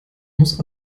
muss